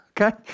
Okay